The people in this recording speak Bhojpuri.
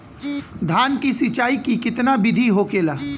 धान की सिंचाई की कितना बिदी होखेला?